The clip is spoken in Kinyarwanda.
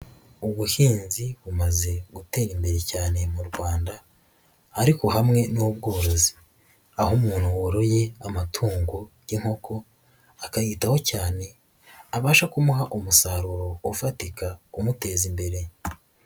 Ubuhinzi bumaze gutera imbere cyane mu Rwanda ariko hamwe n'ubworozi, aho umuntu woroye amatungo nk'inkoko, akayitaho cyane abasha kumuha umusaruro ufatika umuteza imbere.